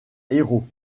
héros